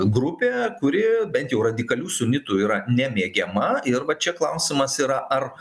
grupė kuri bent jau radikalių sunitų yra nemėgiama ir va čia klausimas yra ar